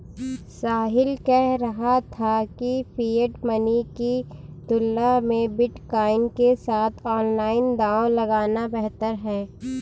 साहिल कह रहा था कि फिएट मनी की तुलना में बिटकॉइन के साथ ऑनलाइन दांव लगाना बेहतर हैं